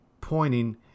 pointing